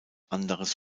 anderes